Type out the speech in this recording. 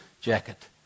jacket